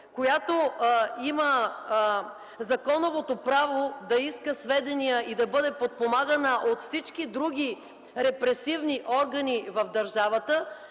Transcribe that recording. която има законовото право да иска сведения и да бъде подпомагана от всички други репресивни органи в държавата,